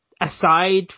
aside